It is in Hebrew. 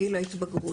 ההתבגרות.